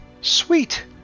Sweet